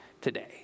today